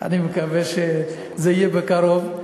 מקווה שזה יהיה בקרוב,